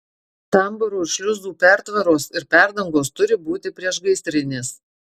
tambūrų ir šliuzų pertvaros ir perdangos turi būti priešgaisrinės